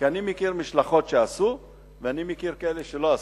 כי אני מכיר משלחות שעשו ואני מכיר כאלה שלא עשו.